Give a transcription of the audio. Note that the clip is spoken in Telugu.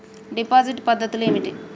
డిపాజిట్ పద్ధతులు ఏమిటి?